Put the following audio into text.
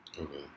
Okay